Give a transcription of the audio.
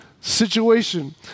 situation